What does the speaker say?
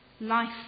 Life